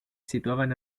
situaban